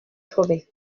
joven